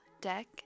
deck